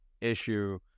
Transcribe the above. issue